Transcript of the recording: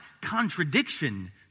contradiction